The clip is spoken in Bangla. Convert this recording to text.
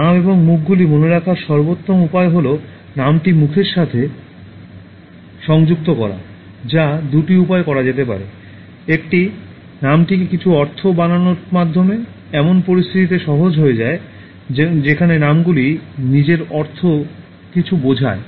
নাম এবং মুখগুলি মনে রাখার সর্বোত্তম উপায় হল নামটি মুখের সাথে সংযুক্ত করা যা দুটি উপায়ে করা যেতে পারে একটি নামটিকে কিছু অর্থ বানানোর মাধ্যমে এমন পরিস্থিতিতে সহজ হয়ে যায় যেখানে নামগুলি নিজের অর্থ কিছু বোঝায়